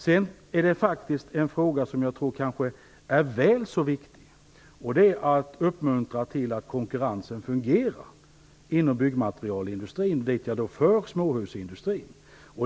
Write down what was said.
Sedan finns det faktiskt en annan sak som jag tror är väl så viktig, nämligen att uppmuntra till att konkurrensen fungerar inom byggmaterialindustrin, dit jag också för småhusindustrin.